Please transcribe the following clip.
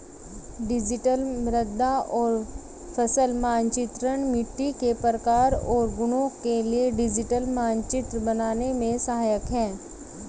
digital मृदा और फसल मानचित्रण मिट्टी के प्रकार और गुणों के लिए डिजिटल मानचित्र बनाने में सहायक है